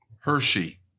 Hershey